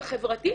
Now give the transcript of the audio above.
החברתית,